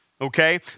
okay